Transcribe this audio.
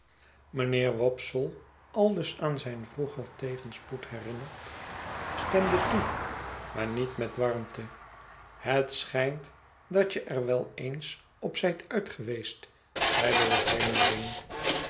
mijnheer wopsle aldus aan zijn vroeger tegenspoed herinnerd stemde toe maar niet met warmte het schijnt dat je er wel eens op zijt uitgeweest zeide ie vreemdeling